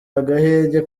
agahenge